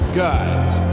guys